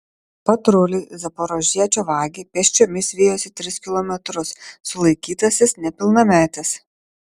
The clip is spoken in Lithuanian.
patruliai zaporožiečio vagį pėsčiomis vijosi tris kilometrus sulaikytasis nepilnametis